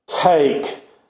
take